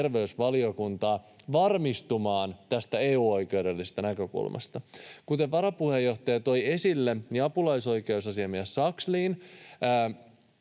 terveysvaliokuntaa varmistumaan tästä EU-oikeudellisesta näkökulmasta. Kuten varapuheenjohtaja toi esille, apulaisoikeusasiamies Sakslin